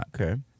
Okay